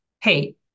hey